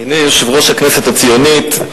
אדוני יושב-ראש הכנסת הציונית,